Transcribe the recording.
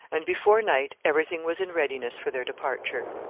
and before night everything was in readiness for their departure.